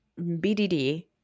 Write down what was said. BDD